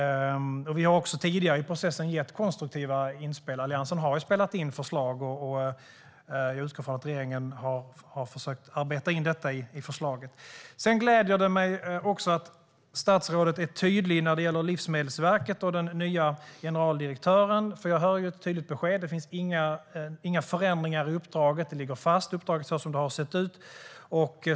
Vi har också tidigare i processen gjort konstruktiva inspel. Alliansen har kommit med förslag, och jag utgår från att regeringen har försökt arbeta in dem i förslaget. Det gläder mig också att statsrådet är tydlig när det gäller Livsmedelsverket och den nya generaldirektören. Jag hör ett tydligt besked: Det finns inga förändringar i uppdraget, utan det ligger fast så som det har sett ut.